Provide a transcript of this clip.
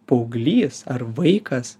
paauglys ar vaikas